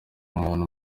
umuntu